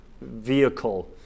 vehicle